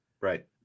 Right